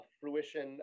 fruition